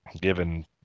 given